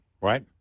right